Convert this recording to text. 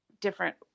different